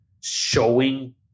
showing